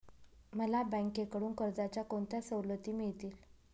मला बँकेकडून कर्जाच्या कोणत्या सवलती मिळतील?